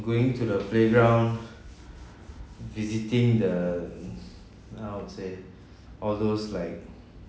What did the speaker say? going to the playground visiting the how to say all those like